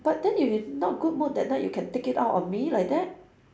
but then if you not good mood that night you can take it out on me like that